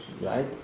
right